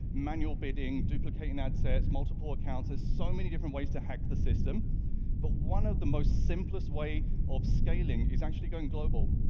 manual bidding, duplicating ad sets, multiple accounts, there's so many different ways to hack the system but one of the most simplest way of scaling is actually going global.